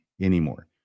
anymore